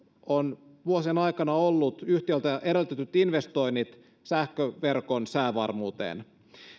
on vuosien aikana ollut yhtiöiltä eriytetyt investoinnit sähköverkon säävarmuuteen